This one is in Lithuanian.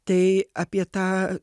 tai apie tą